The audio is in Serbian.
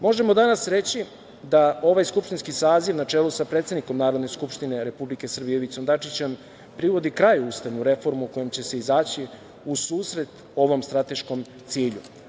Možemo danas reći da ovaj skupštinski saziv, na čelu sa predsednikom Narodne skupštine Republike Srbije Ivicom Dačićem, privodi kraju ustavnu reformu kojom će se izaći u susret ovom strateškom cilju.